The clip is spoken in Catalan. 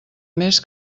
més